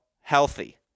healthy